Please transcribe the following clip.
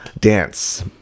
dance